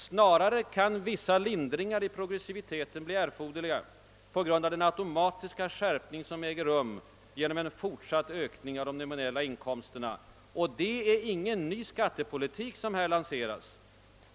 Snarare kan vissa lindringar i progressiviteten bli erforderliga på grund av den automatiska skärpning som äger rum genom en fortsatt ökning av de nominella inkomsterna. Det är ingen ny skattepolitik som här lanseras.